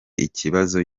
ikibazo